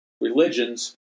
religions